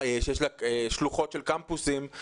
שיש לה שלוחות של קמפוסים.